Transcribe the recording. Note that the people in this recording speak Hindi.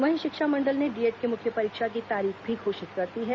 वहीं शिक्षा मंडल ने डीएड की मुख्य परीक्षा की तारीख भी घोषित कर दी है